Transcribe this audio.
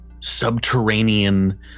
subterranean